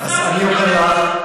המוצרים האלה?